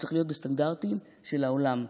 צריכה להיות בסטנדרטים של העולם.